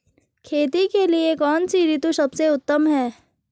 खेती के लिए कौन सी ऋतु सबसे उत्तम है?